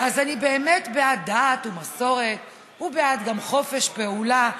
אז אני באמת בעד דת ומסורת, וגם בעד חופש פעולה,